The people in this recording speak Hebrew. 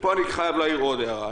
ופה אני חייב להעיר עוד הערה.